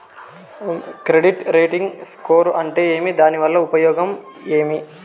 Credit rating score అంటే ఏమి దాని వల్ల ఉపయోగం ఏమి?